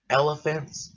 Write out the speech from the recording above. elephants